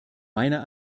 meiner